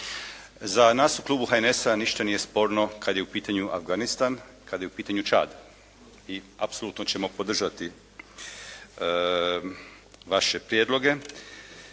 Za nas u klubu HNS-a ništa nije sporno kad je u pitanju Afganistan, kad je u pitanju Čad i apsolutno ćemo podržati vaše prijedloge.